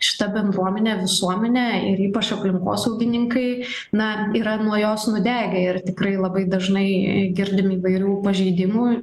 šita bendruomenė visuomenė ir ypač aplinkosaugininkai na yra nuo jos nudegę ir tikrai labai dažnai girdim įvairių pažeidimų